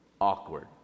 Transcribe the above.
Awkward